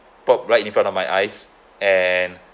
pop right in front of my eyes and